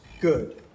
good